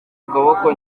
akaboko